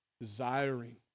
Desiring